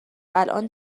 الان